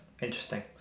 Interesting